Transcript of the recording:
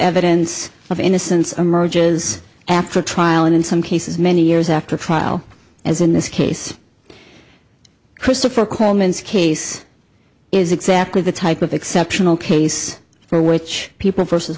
evidence of innocence emerges after a trial and in some cases many years after trial as in this case christopher coleman case is exactly the type of exceptional case for which people versus